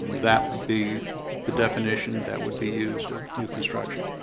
that would be the definition that would be used of new construction